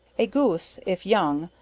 a goose, if young,